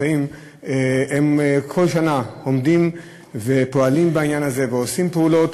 הם כל שנה עומדים ופועלים בעניין הזה ועושים פעולות.